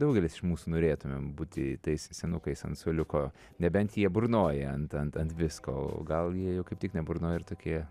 daugelis iš mūsų norėtumėm būti tais senukais ant suoliuko nebent jie burnoja ant ant ant visko o gal jie jau kaip tik neburnoja ir tokie